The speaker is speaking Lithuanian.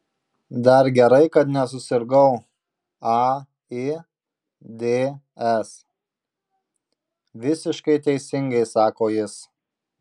dar gerai kad nesusirgau aids visiškai teisingai sako jis